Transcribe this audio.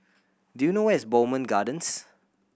do you know where is Bowmont Gardens